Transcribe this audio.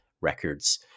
records